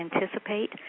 anticipate